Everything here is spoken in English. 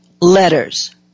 letters